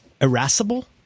irascible